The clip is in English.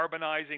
carbonizing